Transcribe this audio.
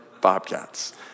Bobcats